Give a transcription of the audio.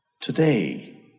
today